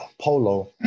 Polo